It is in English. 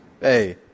Hey